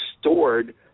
stored